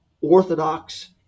orthodox